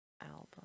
album